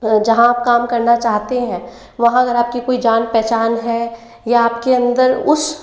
जहाँ आप काम करना चाहते हैं वहाँ अगर आपकी कोई जान पहचान हैं या आपके अंदर उस